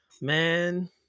Man